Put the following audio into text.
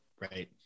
Right